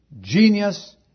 genius